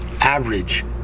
average